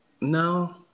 No